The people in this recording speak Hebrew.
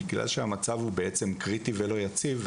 בגלל שהמצב הוא בעצם קריטי ולא יציב,